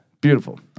Beautiful